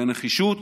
ובנחישות